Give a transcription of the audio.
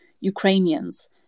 Ukrainians